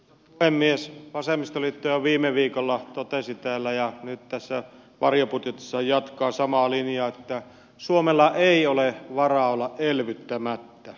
vasemmistoliitto jo viime viikolla totesi täällä ja nyt tässä varjobudjetissaan jatkaa samaa linjaa että suomella ei ole varaa olla elvyttämättä